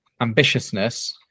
ambitiousness